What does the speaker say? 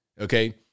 Okay